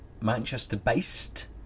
Manchester-based